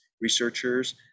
researchers